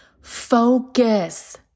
focus